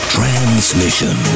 Transmission